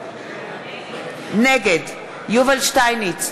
נגד יובל שטייניץ,